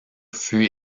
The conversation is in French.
fut